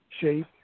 shape